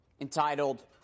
entitled